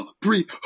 breathe